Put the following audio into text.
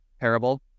parable